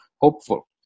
hopeful